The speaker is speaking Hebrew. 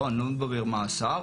אני לא מדבר מאסר.